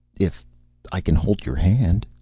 if i can hold your hand,